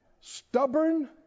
stubborn